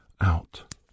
out